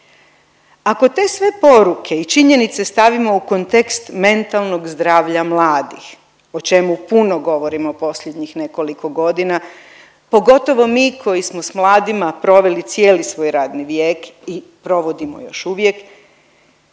Ako te sve poruke i činjenice stavimo u kontekst mentalnog zdravlja mladih o čemu puno govorimo posljednjih nekoliko godina pogotovo mi koji smo s mladima proveli cijeli svoj radni vijek i provodimo još uvijek